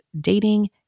dating